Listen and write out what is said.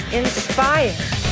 inspired